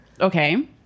Okay